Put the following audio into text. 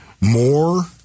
More